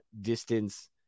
distance